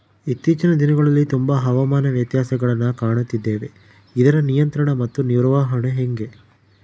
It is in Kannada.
ಇತ್ತೇಚಿನ ದಿನಗಳಲ್ಲಿ ತುಂಬಾ ಹವಾಮಾನ ವ್ಯತ್ಯಾಸಗಳನ್ನು ಕಾಣುತ್ತಿದ್ದೇವೆ ಇದರ ನಿಯಂತ್ರಣ ಮತ್ತು ನಿರ್ವಹಣೆ ಹೆಂಗೆ?